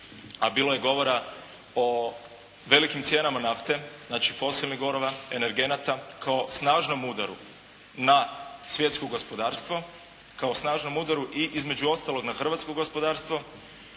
a bilo je govora o velikim cijenama nafte, znači fosilnih goriva, energenata, kao snažnom udaru na svjetsko gospodarstvo, kao snažnom udaru i, između ostalog, na hrvatsko gospodarstvo